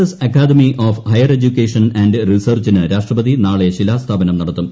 S academy of higher education and റിസർച്ചിന് രാഷ്ട്രപതി നാളെ ശിലാസ്ഥാപനം നടത്തും